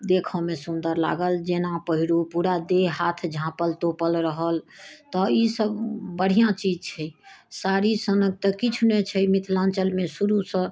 देखऽमे सुन्दर लागल जेना पहिरू पूरा देह हाथ झाँपल तोपल रहल तऽ ई सभ बढ़िआँ चीज छै साड़ी सनक तऽ किछु नहि छै मिथिलाञ्चलमे शुरूसँ